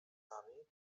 nami